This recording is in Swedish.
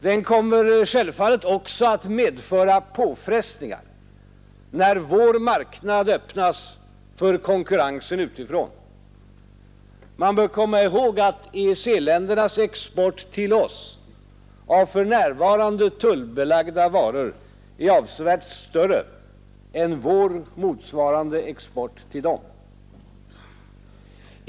Den kommer självfallet också att medföra påfrestningar när vår marknad öppnas för konkurrensen utifrån. Det bör understrykas att EEC-ländernas export till oss av för närvarande tullbelagda varor är avsevärt större än vår motsvarande export till dem.